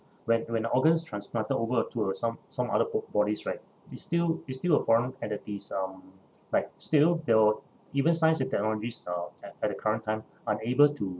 went when organs transplanted over to uh some some other bo~ bodies right it's still it's still a foreign entities ah right still there will even science and technologies uh at at the current time unable to